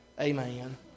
Amen